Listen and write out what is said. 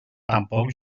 tampoc